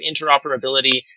interoperability